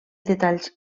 detalls